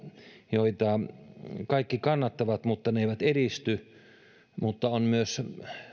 joita kaikki kannattavat mutta ne eivät edisty ja on myös